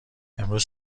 امروز